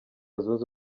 zunze